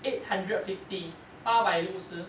eight hundred fifty 八百六十